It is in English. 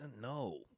no